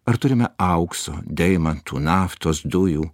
ar turime aukso deimantų naftos dujų